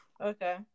Okay